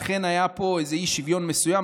ואכן היה פה איזה אי-שוויון מסוים,